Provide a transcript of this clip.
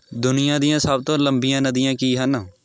ਦੁਨੀਆਂ ਦੀਆਂ ਸਭ ਤੋਂ ਲੰਬੀਆਂ ਨਦੀਆਂ ਕੀ ਹਨ